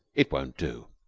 it won't do.